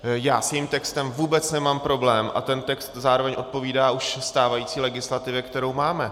Já s tím textem vůbec nemám problém a ten text zároveň odpovídá už stávající legislativě, kterou máme.